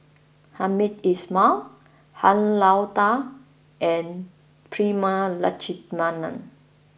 Hamed Ismail Han Lao Da and Prema Letchumanan